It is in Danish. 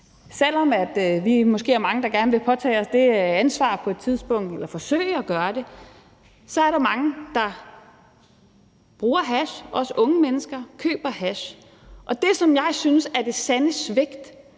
selv om vi er måske er mange, der gerne vil påtage os det ansvar på et tidspunkt eller forsøge at gøre det, så er der mange, der køber hash og bruger hash, også unge mennesker, og vi ved, at det er noget, som er meget